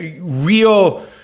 real